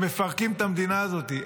הם מפרקים את המדינה הזאת.